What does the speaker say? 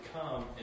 come